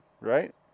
right